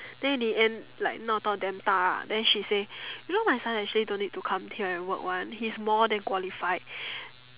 then in the end like 闹到 damn 大 ah then she say you know my son actually don't need to come here and work want he is more then qualified